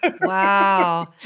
Wow